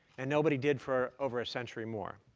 and nobody did for over a century more.